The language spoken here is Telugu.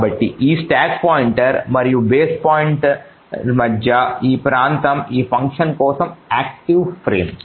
కాబట్టి స్టాక్ పాయింటర్ మరియు బేస్ పాయింటర్ మధ్య ఈ ప్రాంతం ఆ ఫంక్షన్ కోసం యాక్టివ్ ఫ్రేమ్